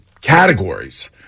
categories